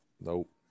Nope